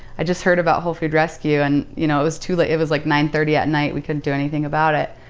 i just heard about hole food rescue. and you know it was too late, it was like nine thirty at night. we couldn't do anything about it.